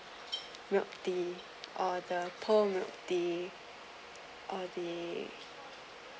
milk tea or the pure milk tea or the